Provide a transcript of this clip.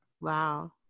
Wow